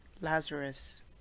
lazarus